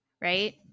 right